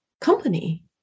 company